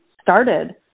started